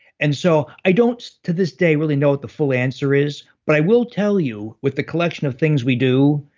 and so i don't to this day really know what the full answer is. but i will tell you, with the collection of things we do,